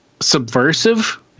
subversive